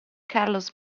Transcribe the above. carlos